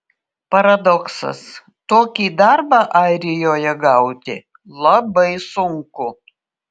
paradoksas tokį darbą airijoje gauti labai sunku